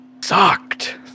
sucked